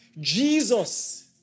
Jesus